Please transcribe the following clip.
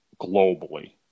globally